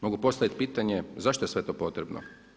Mogu postaviti pitanje zašto je sve to potrebno?